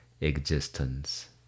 existence